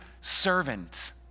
servant